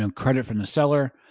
um credit from the seller,